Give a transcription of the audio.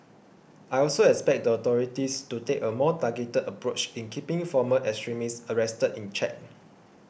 I also expect the authorities to take a more targeted approach in keeping former extremists arrested in check